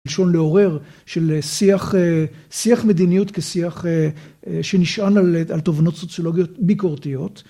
לשון לעורר של שיח מדיניות כשיח שנשען על תובנות סוציולוגיות ביקורתיות.